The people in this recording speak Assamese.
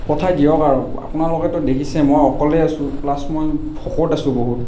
পঠাই দিয়ক আৰু আপোনালোকেতো দেখিছেই মই অকলেই আছো প্লাচ মই ভোকত আছোঁ বহুত